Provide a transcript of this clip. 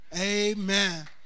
amen